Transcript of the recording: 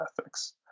ethics